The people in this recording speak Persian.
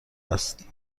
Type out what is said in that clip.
است